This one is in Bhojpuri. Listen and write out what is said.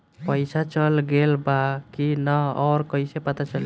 पइसा चल गेलऽ बा कि न और कइसे पता चलि?